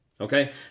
Okay